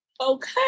okay